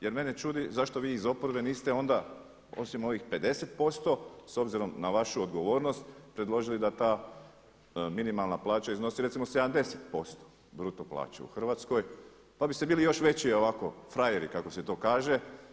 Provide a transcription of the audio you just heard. Jer mene čudi zašto vi iz oporbe niste onda osim ovih 50% s obzirom na vašu odgovornost predložili da ta minimalna plaća iznosi recimo 70% bruto plaće u Hrvatskoj pa biste bili još veći ovako frajeri kako se to kaže.